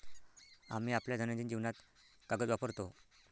आम्ही आपल्या दैनंदिन जीवनात कागद वापरतो